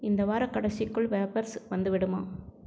இந்த வாரக் கடைசிக்குள் வேஃபர்ஸ் வந்துவிடுமா